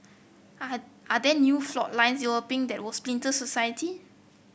are are there new flour lines your been that will splinter society